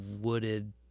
wooded